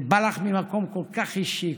זה בא לך ממקום כל כך אישי,